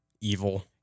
evil